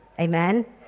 Amen